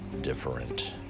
different